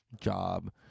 job